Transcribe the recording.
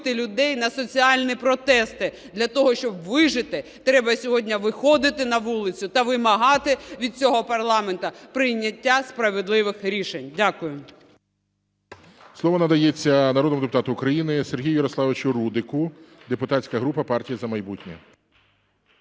людей на соціальні протести. Для того, щоб вижити, треба сьогодні виходити на вулицю та вимагати від цього парламенту прийняття справедливих рішень. Дякую.